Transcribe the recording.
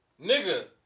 nigga